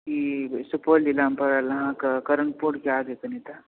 सुपौल जिलामे पड़ल अहाँके करणपुरके आगे कनिटा